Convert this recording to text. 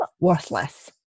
worthless